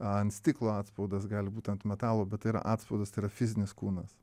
ant stiklo atspaudas gali būt ant metalo bet tai yra atspaudas tai yra fizinis kūnas